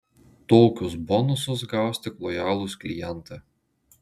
tokius bonusus gaus tik lojalūs klientai